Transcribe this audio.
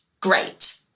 great